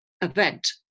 event